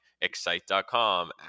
Excite.com